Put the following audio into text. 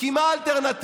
כי מה האלטרנטיבה?